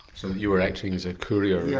so you were acting as a courier? yeah